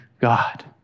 God